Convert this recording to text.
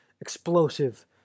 explosive